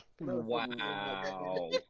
Wow